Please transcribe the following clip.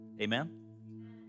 Amen